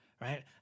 right